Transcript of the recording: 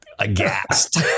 Aghast